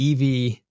ev